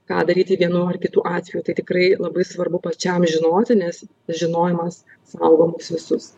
ką daryti vienu ar kitu atveju tai tikrai labai svarbu pačiam žinoti nes žinojimas saugom visus